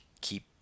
keep